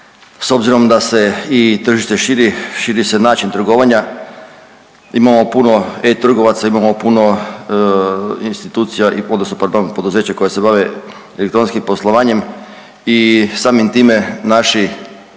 s obzirom da se i tržište širi širi se način trgovanja, imamo puno e-trgovaca, imamo puno institucija i podosta, pardon poduzeća koja se bave elektronskim poslovanjem i samim time naši